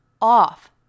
off